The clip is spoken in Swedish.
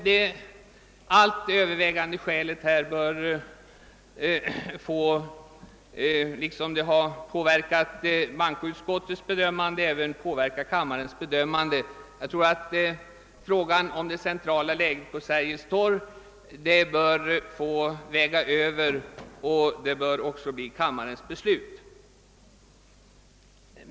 Dessa övertygande skäl, som påverkat bankoutskottets bedömning, bör också få påverka kammarens ställningstagande. Jag anser att det centrala läget vid Sergels torg bör få väga över och bestämma kammarens beslut.